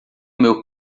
meu